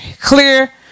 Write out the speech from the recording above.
clear